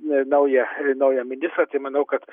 naują naują ministrą tai manau kad